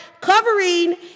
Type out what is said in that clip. covering